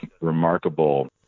remarkable